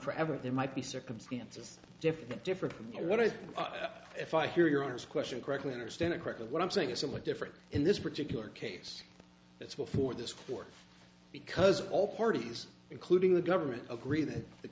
forever there might be circumstances different different from what i said if i hear your honor's question correctly understand it correctly i'm saying it's somewhat different in this particular case that's before this court because all parties including the government agree that the